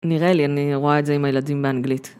נראה לי אני רואה את זה עם הילדים באנגלית.